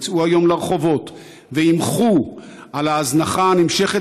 יצאו היום לרחובות וימחו על ההזנחה הנמשכת